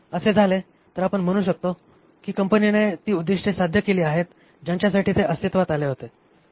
असे झाले तर आपण म्हणू शकतो की कंपनीने ती उद्दिष्टे साध्य केली आहेत ज्यांच्यासाठी ते अस्तित्वात आले होते